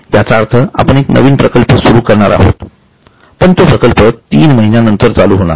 याचा अर्थ आपण एक नवीन प्रकल्प सुरु करणारआहोत पण तो प्रकल्प तीन महिन्यानंतर चालू होणार आहे